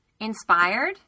inspired